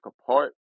apart